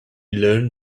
learned